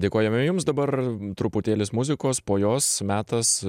dėkojame jums dabar truputėlis muzikos po jos metas